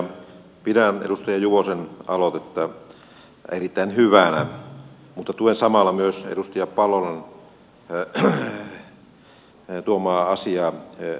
pidän edustaja juvosen aloitetta erittäin hyvänä mutta tuen samalla myös edustaja palolan tuomaa asiaa hyvänä